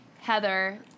Heather